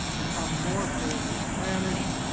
become more fluent in spanish,